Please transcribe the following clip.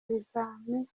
ibizamini